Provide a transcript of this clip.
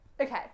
okay